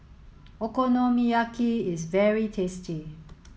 Okonomiyaki is very tasty